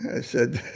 i said,